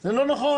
זה לא נכון.